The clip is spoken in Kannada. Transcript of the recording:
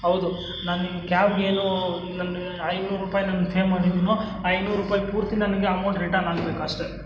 ಹೌದು ನಾನು ನಿಮ್ಮ ಕ್ಯಾಬ್ಗೇನೂ ನನ್ನ ಐನೂರ್ರೂಪಾಯಿ ನಾನು ಫೇ ಮಾಡಿದೀನೋ ಐನೂರ್ರೂಪಾಯಿ ಪೂರ್ತಿ ನನಗೆ ಅಮೌಂಟ್ ರಿಟನ್ ಆಗ್ಬೇಕು ಅಷ್ಟೆ